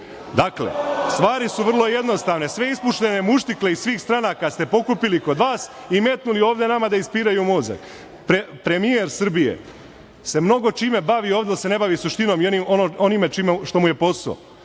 dobri. Dakle, stvari su vrlo jednostavne. Sve ispušene muštikle iz svih stranaka ste pokupili kod vas i metnuli ovde nama da ispiraju mozak. Premijer Srbije se mnogo čime bavi ovde, ali se ne bavi suštinom i onim što mu je posao. Dakle,